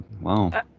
wow